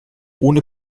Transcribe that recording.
ohne